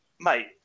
mate